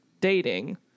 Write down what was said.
dating